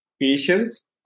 patience